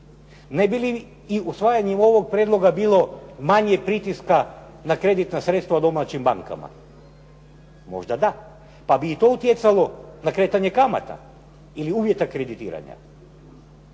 Ne bi li i usvajanjem ovog prijedloga bilo manje pritiska na kreditna sredstva u domaćim bankama? Možda da. Pa bi i to utjecalo na kretanje kamata ili uvjeta kreditiranja.